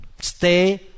stay